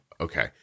Okay